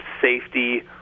safety